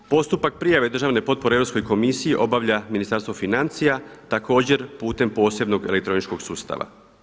Postupak prijave državne potpore Europskoj komisiji obavlja Ministarstvo financija također putem posebno elektroničkog sustava.